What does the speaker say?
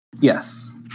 Yes